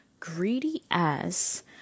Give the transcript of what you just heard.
Greedy-ass